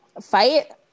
fight